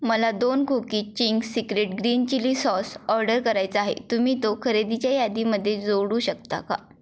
मला दोन खोकी Ching's secret green chilli sauce order करायचा आहे तुम्ही तो खरेदीच्या यादीमध्ये जोडू शकता का